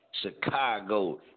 Chicago